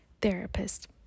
therapist